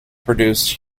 produced